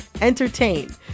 entertain